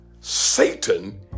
Satan